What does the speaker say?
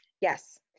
yes